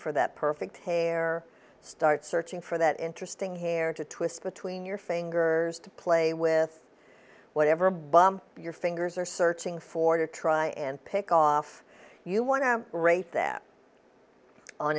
for that perfect hair or start searching for that interesting hair to twist between your fingers to play with whatever bump your fingers are searching for to try and pick off you want to rate them on